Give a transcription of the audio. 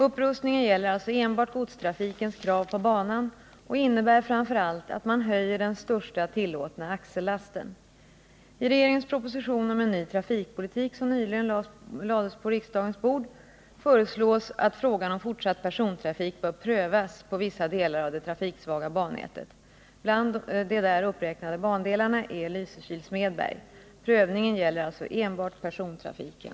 Upprustningen gäller alltså enbart godstrafikens krav på banan och innebär framför allt att man höjer den största tillåtna axellasten. I regeringens proposition om en ny trafikpolitik, som nyligen lades på riksdagens bord, föreslås att frågan om fortsatt persontrafik bör prövas på vissa delar av det trafiksvaga bannätet. Bland de där uppräknade bandelarna är Lysekil-Smedberg. Prövningen gäller alltså enbart persontrafiken.